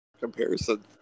comparison